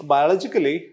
Biologically